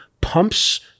pumps